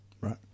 Right